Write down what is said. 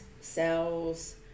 cells